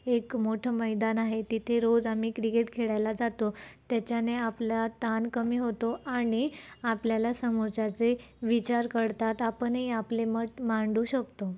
एक मोठं मैदान आहे तिथे रोज आम्ही क्रिकेट खेळायला जातो त्याच्याने आपला ताण कमी होतो आणि आपल्याला समोरच्याचे विचार कळतात आपणही आपले मत मांडू शकतो